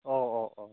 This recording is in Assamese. অ' অ' অ'